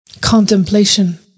contemplation